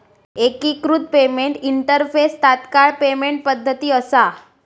एकिकृत payment interface तात्काळ payment पद्धती असा